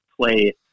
play